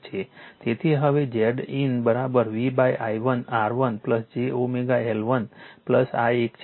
તેથી હવે Zin V i1 R1 j L1 આ એક છે